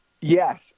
Yes